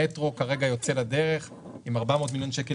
המטרו כרגע יוצא לדרך עם 400 מיליון שקל